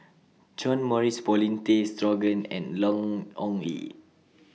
John Morrice Paulin Tay Straughan and Long Ong Li